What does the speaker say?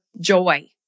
joy